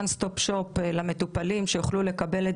one stop shop למטופלים שיוכלו לקבל את